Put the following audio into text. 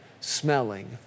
smelling